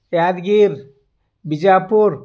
Yadgir Bijapur